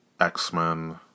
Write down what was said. X-Men